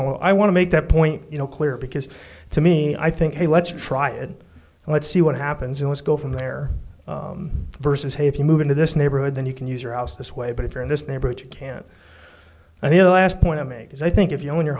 just i want to make that point you know clear because to me i think hey let's try it let's see what happens in let's go from there versus hey if you move into this neighborhood then you can use your house this way but if you're in this neighborhood you can't i mean the last point i make is i think if you own your